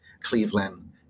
Cleveland